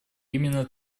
именно